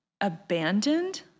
abandoned